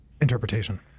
interpretation